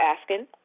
asking